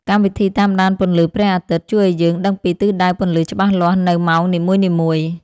កម្មវិធីតាមដានពន្លឺព្រះអាទិត្យ ជួយឱ្យយើងដឹងពីទិសដៅពន្លឺច្បាស់លាស់នៅម៉ោងនីមួយៗ។